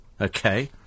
Okay